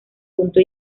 punto